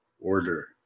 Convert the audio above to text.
order